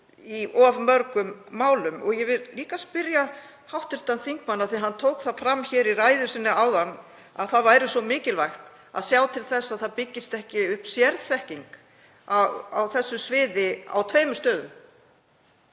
í of mörgum málum? Ég vil líka spyrja hv. þingmann, af því að hann tók það fram í ræðu sinni áðan að það væri svo mikilvægt að sjá til þess að ekki byggist upp sérþekking á þessu sviði á tveimur stöðum: